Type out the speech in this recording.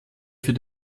für